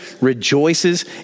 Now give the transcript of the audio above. Rejoices